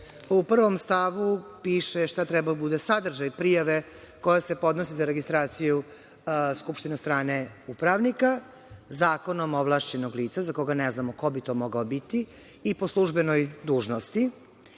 U prvom stavu piše šta treba da bude sadržaj prijave koja se podnosi za registraciju skupštine od strane upravnika, zakonom ovlašćenog lica, za koga ne znamo ko bi to mogao biti, i po službenoj dužnosti.